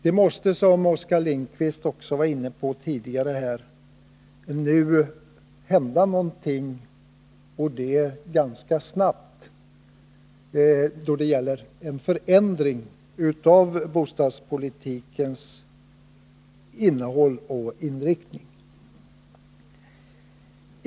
Det måste, som Oskar Lindkvist var inne på tidigare, hända någonting och det ganska snart då det gäller en förändring av bostadspolitikens innehåll och inriktning.